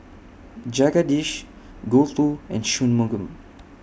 Jagadish Gouthu and Shunmugam